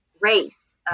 race